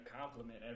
compliment